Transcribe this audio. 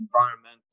environmental